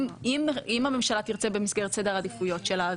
אם הממשלה תרצה במסגרת סדר העדיפויות שלה,